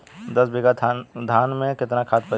दस बिघा धान मे केतना खाद परी?